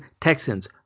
Texans